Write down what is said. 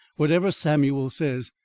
whatever samuel says.